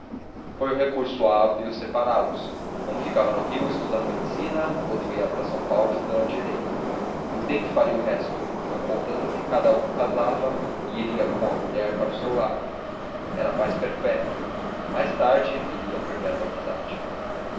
foi um recurso hábil separá los um ficava no rio estudando medicina outro ia para são paulo estudar direito o tempo faria o resto não contando que cada um casava e iria com a mulher para o seu lado era a paz perpétua mais tarde viria a perpétua amizade